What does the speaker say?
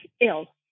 ill